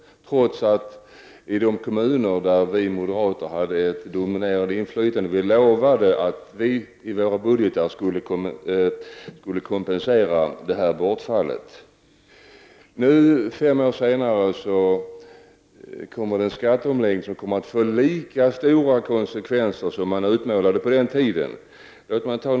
I de kommuner där vi moderater hade ett dominerande inflytande lovade vi ändå att i våra budgetar åstadkomma kompensation för det här bortfallet. Nu, fem år senare, gäller det en skatteomläggning som kommer att få lika stora konsekvenser som de som utmålades vid den aktuella tidpunkten.